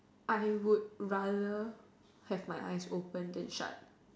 I would rather have my eyes open than shut